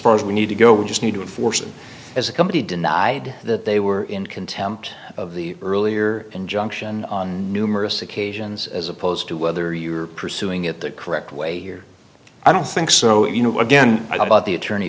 far as we need to go we just need to enforce them as a company denied that they were in contempt of the earlier injunction on numerous occasions as opposed to whether you're pursuing it the correct way here i don't think so you know again i bought the attorney